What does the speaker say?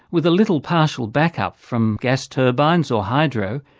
with a little partial back-up from gas turbines or hydro,